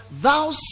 thou